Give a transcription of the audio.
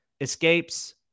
escapes